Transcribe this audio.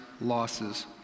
Losses